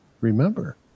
remember